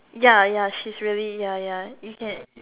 ya ya she's really ya ya you can